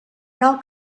cal